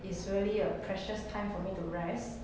it's really a precious time for me to rest